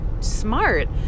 smart